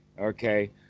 okay